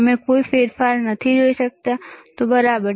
ત્યાં કોઈ ફેરફાર નથી બરાબર